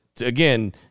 again